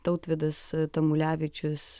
tautvydas tamulevičius